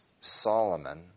Solomon